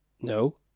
No